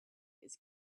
his